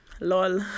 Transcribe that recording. lol